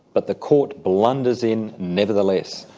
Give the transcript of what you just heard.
but the curt blunders in nevertheless.